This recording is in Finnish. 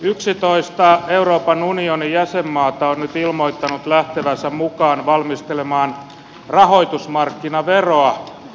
yksitoista euroopan unionin jäsenmaata on nyt ilmoittanut lähtevänsä mukaan valmistelemaan rahoitusmarkkinaveroa